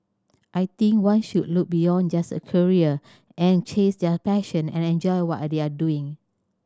I think one should look beyond just a career and chase their passion and enjoy what they are doing